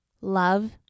Love